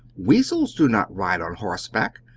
weasels do not ride on horseback!